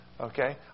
Okay